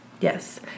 yes